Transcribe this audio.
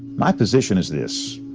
my position is this.